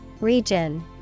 Region